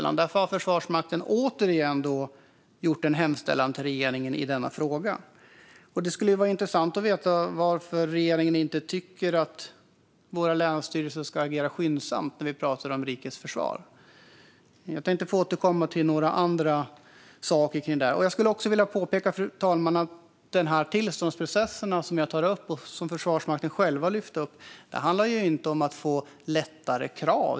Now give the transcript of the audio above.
Därför har Försvarsmakten återigen gjort en hemställan till regeringen i denna fråga. Det skulle vara intressant att veta varför regeringen inte tycker att våra länsstyrelser ska agera skyndsamt när vi pratar om rikets försvar. Jag ber att få återkomma till några andra saker kring detta. Jag vill också påpeka, fru talman, att de tillståndsprocesser som jag tar upp och som Försvarsmakten själv tar upp inte handlar om att få lättare krav.